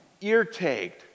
ear-tagged